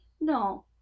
No